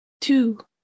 two